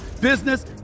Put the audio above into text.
business